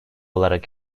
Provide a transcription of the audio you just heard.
olarak